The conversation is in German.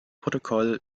protokoll